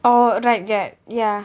oh right get ya